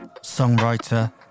songwriter